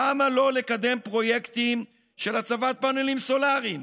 למה לא לקדם פרויקטים של הצבת פאנלים סולריים?